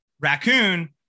raccoon